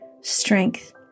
strength